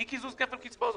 אי קיזוז כפל קצבאות,